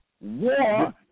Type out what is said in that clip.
War